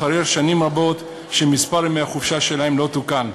אחרי שנים רבות שמספר ימי החופשה שלהם לא תוקן.